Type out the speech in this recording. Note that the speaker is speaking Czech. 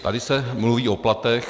Tady se mluví o platech.